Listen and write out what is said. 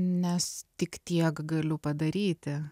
nes tik tiek galiu padaryti